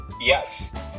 Yes